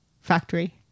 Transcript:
factory